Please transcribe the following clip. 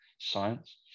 science